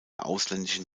ausländischen